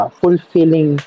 fulfilling